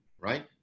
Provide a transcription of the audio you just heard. right